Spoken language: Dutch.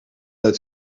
uit